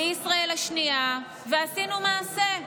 בלי ישראל השנייה, ועשינו מעשה.